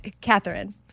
Catherine